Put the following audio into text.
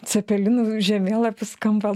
cepelinų žemėlapis skamba